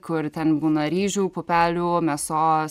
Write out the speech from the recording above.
kur ten būna ryžių pupelių mėsos